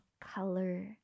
color